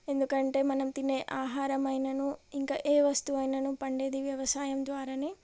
ఎందుకంటే మనం తినే ఆహారం అయినను ఇంకా ఏ వస్తువైనను పండేది వ్యవసాయం ద్వారానే